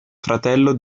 fratello